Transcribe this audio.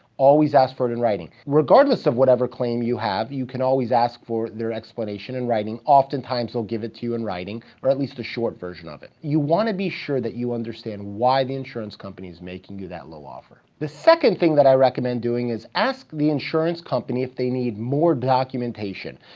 always ask for it in writing. regardless of whatever claim you have, you can always ask for their explanation in writing. often times, they'll give it to you in writing, or at least a short version of it. you wanna be sure that you understand why the insurance company's making you that low offer. the second thing that i recommend doing is ask the insurance company if they need more documentation.